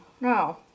No